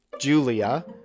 Julia